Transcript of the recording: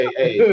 hey